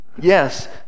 yes